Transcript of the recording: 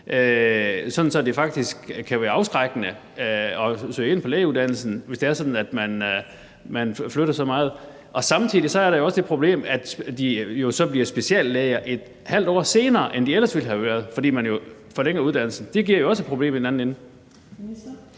at det faktisk kan være afskrækkende at søge ind på lægeuddannelsen, når man skal flytte så meget? Samtidig er der også det problem, at de så bliver speciallæger et halvt år senere, end de ellers ville have været, fordi man forlænger uddannelsen, og det giver også et problem i den anden ende.